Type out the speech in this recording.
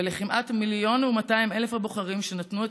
ולכמעט 1.2 מיליון הבוחרים שנתנו את